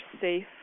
safe